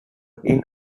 inn